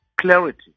clarity